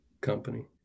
company